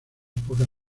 pocas